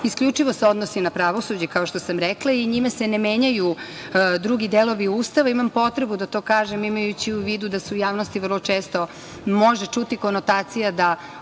isključivo se odnosi na pravosuđe, kao što sam rekla i njime se ne menjaju drugi delovi Ustava. Imam potrebu da to kažem, imajući u vidu da se u javnosti vrlo često može čuti konotacija da